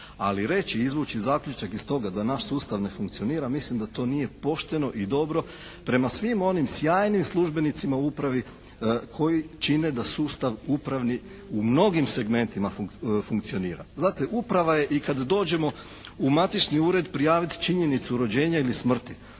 Ali reći i izvući zaključak iz toga da naš sustav ne funkcionira mislim da to nije pošteno i dobro prema svim onim sjajnim službenicima u upravi koji čine da sustav upravni u mnogim segmentima funkcionira. Znate uprava je i kada dođemo u matični ured prijaviti činjenicu rođenja ili smrti.